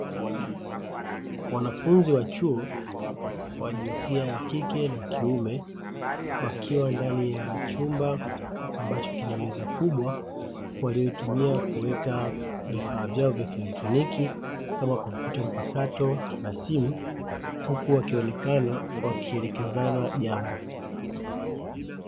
Wanafunzi Wa chuo wa jinsia ya kike na kiume wakiwa ndani ya chumba ambacho kinameza kubwa, walioitumia kuweka vifaa vyao vya kielektroniki kama kompyuta mpakato na simu huku wakionekana wakielekezana jambo.